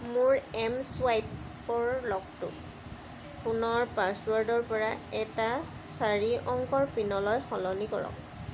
মোৰ M swipe ৰ লকটো ফোনৰ পাছৱৰ্ডৰ পৰা এটা চাৰি অংকৰ পিন লৈ সলনি কৰক